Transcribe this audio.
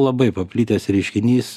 labai paplitęs reiškinys